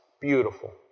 beautiful